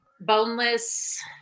boneless